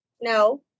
No